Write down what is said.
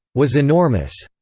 was enormous.